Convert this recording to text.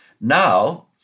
Now